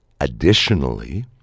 Additionally